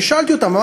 ושאלתי אותם: